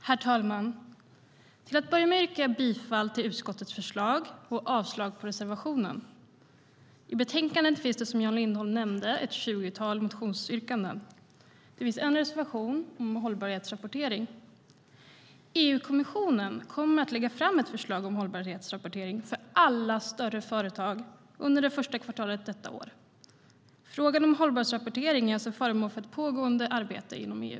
Herr talman! Jag börjar med att yrka bifall till utskottets förslag och avslag på reservationen. I betänkandet finns det, som Jan Lindholm nämnde, ett tjugotal motionsyrkanden. Det finns en reservation om hållbarhetsrapportering. EU-kommissionen kommer under det första kvartalet detta år att lägga fram ett förslag om hållbarhetsrapportering för alla större företag. Frågan om hållbarhetsrapportering är alltså föremål för pågående arbete inom EU.